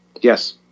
Yes